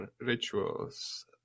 rituals